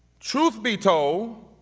truth be told,